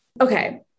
Okay